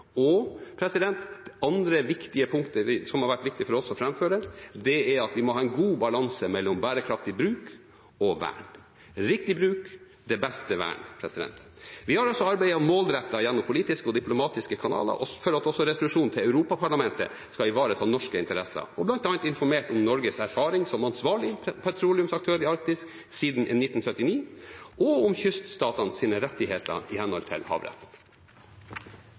vi må ha en god balanse mellom bærekraftig bruk og vern – riktig bruk, det beste vern. Vi har også arbeidet målrettet gjennom politiske og diplomatiske kanaler for at også resolusjonen til Europaparlamentet skal ivareta norske interesser, og bl.a. informert om Norges erfaring som ansvarlig petroleumsaktør i Arktis siden 1979, og om kyststatenes rettigheter i henhold til havretten.